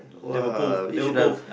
[wah] he should have